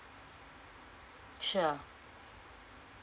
sure